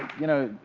you know,